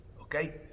okay